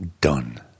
done